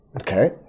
Okay